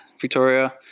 Victoria